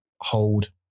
hold